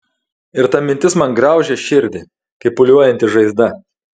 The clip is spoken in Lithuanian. ir ta mintis man graužia širdį kaip pūliuojanti žaizda